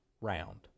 round